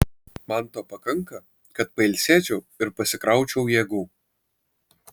man to pakanka kad pailsėčiau ir pasikraučiau jėgų